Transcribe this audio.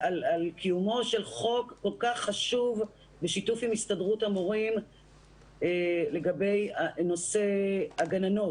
על קיומו של חוק כל כך חשוב בשיתוף עם הסתדרות המורים לגבי נושא הגננות.